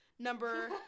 Number